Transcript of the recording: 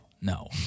No